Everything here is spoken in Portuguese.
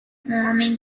homem